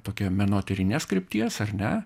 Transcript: tokia menotyrinės krypties ar ne